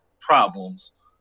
problems